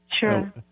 Sure